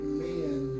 men